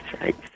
right